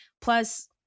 plus